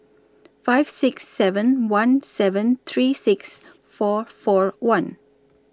five six seven one seven three six four four one